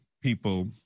people